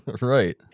Right